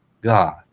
God